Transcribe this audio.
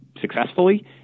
successfully